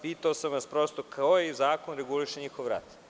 Pitao sam vas prosto - koji zakon reguliše njihov rad?